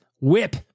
whip